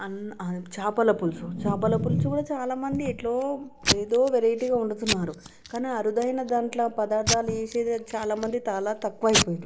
చేపల పులుసు చేపల పులుసు కూడా చాలా మంది ఎలానో ఏదో వెరైటీగా వండుతున్నారు కానీ అరుదైన దాంట్లో పదార్థాలు వేసేది చాలా మంది చాలా తక్కువ అయిపోయారు